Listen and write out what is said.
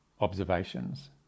observations